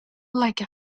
like